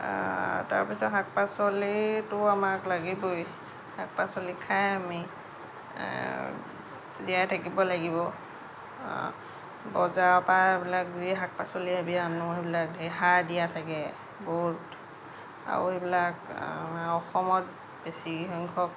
তাৰ পিছত শাক পাচলিতো আমাক লাগিবই শাক পাচলি খাই আমি জীয়াই থাকিব লাগিব বজাৰৰ পৰা এইবিলাক যি শাক পাচলি আমি আনো সেইবিলাক সাৰ দিয়া থাকে বহুত আৰু সেইবিলাক অসমত বেছিসংখ্যক